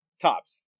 Tops